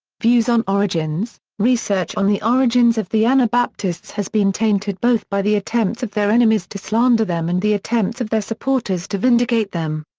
views on origins research on the origins of the anabaptists has been tainted both by the attempts of their enemies to slander them and the attempts of their supporters to vindicate them.